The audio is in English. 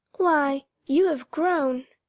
why, you have grown,